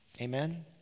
Amen